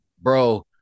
bro